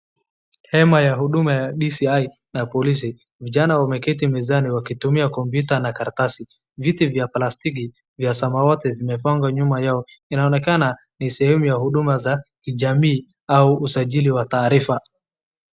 Hema ya huduma ya DCI na polisi, vijana wameketi mezani wakitumia kompyuta na karatasi. Viti vya plastiki vya samawati vimepangwa nyuma yao, inaonekana ni sehemu ya huduma za kijamii au usajili wa taarifa.